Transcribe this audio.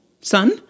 Son